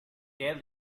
tell